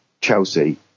Chelsea